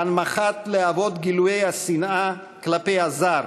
להנמכת להבות גילויי השנאה כלפי הזר,